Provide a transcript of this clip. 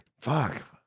Fuck